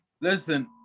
Listen